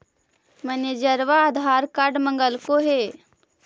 मैनेजरवा आधार कार्ड मगलके हे?